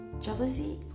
jealousy